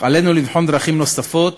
אך עלינו לבחון דרכים נוספות